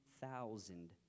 thousand